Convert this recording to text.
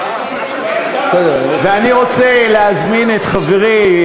אני רוצה להזמין את חברי,